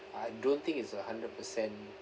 I don't think it's a hundred percent